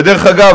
ודרך אגב,